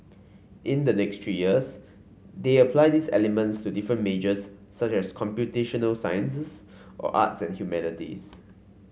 in the next three years they apply these elements to different majors such as computational sciences or arts and humanities